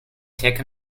take